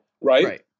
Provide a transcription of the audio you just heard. right